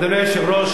אדוני היושב-ראש,